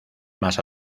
más